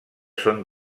són